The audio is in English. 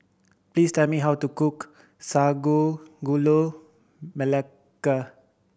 please tell me how to cook Sago Gula Melaka